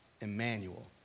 Emmanuel